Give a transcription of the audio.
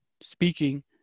speaking